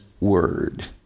word